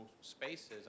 spaces